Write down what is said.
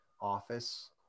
office